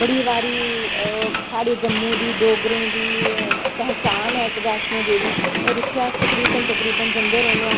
बड़ी वारी साढ़ी जम्मू दी डोगरें दी पैह्चान ऐ बैष्णो देवी और इत्थें अस तकरीबन तकरीबन जंदे रौह्नें आं